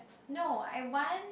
no I want